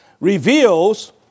reveals